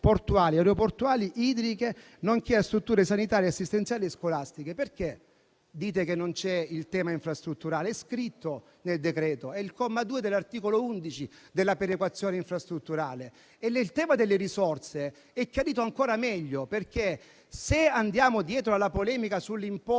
aeroportuali e idriche, nonché a strutture sanitarie, assistenziali e scolastiche. Perché dite che non c'è il tema infrastrutturale? È inserito nel decreto, al comma 2 dell'articolo 11, che parla della perequazione infrastrutturale. Il tema delle risorse è chiarito ancora meglio, perché se andiamo dietro alla polemica sull'importo